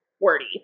wordy